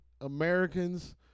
Americans